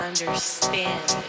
Understand